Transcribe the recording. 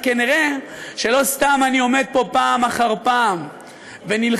אז כנראה לא סתם אני עומד פה פעם אחר פעם ונלחם